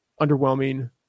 underwhelming